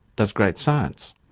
does great science.